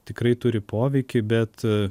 tikrai turi poveikį bet